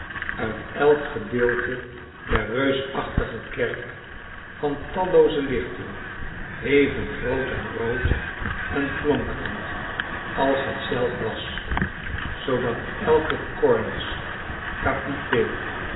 uit elk gedeelte der reusachtige kerk van tallooze lichten even groot en roodenflonkerend als het zelf was zoodat eke kornis kapiteel